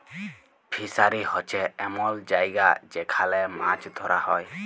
fishery হছে এমল জায়গা যেখালে মাছ ধ্যরা হ্যয়